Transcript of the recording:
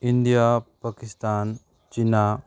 India Pakistan China